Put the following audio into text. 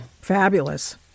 Fabulous